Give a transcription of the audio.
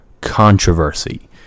controversy